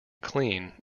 clean